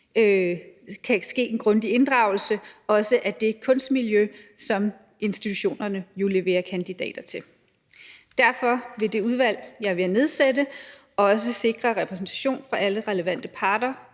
kunne ske en grundig inddragelse, også af det kunstmiljø, som institutionerne jo leverer kandidater til. Derfor vil det udvalg, jeg er ved at nedsætte, også sikre repræsentation fra alle relevante parter